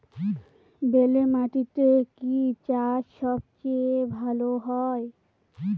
বেলে মাটিতে কি চাষ সবচেয়ে ভালো হয়?